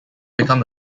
become